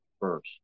first